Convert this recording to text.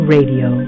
Radio